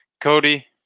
Cody